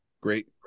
Great